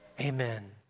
Amen